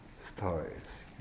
stories